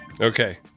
Okay